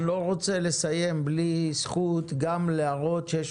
אני לא רוצה לסיים בלי הזכות להראות שיש